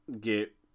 get